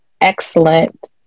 excellent